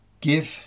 give